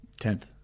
Tenth